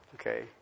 Okay